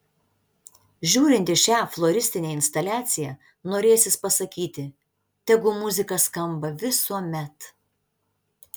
žiūrint į šią floristinę instaliaciją norėsis pasakyti tegu muzika skamba visuomet